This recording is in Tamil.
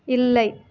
இல்லை